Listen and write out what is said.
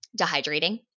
dehydrating